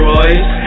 Royce